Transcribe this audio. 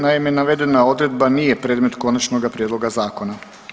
Naime, navedena odredba nije predmet konačnoga prijedloga zakona.